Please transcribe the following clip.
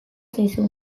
zaizu